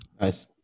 Nice